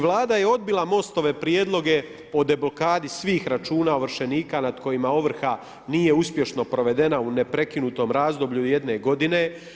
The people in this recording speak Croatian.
Vlada je odbila Mostove prijedloge o deblokadi svih računa ovršenika nad kojima ovrha nije uspješno provedena u neprekinutom razdoblju jedne godine.